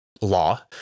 law